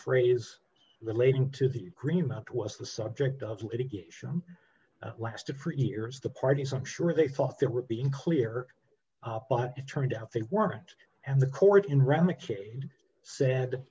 phrase relating to the green that was the subject of litigation lasted for years the parties i'm sure they thought that would be unclear but it turned out they weren't and the court